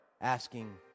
asking